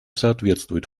соответствует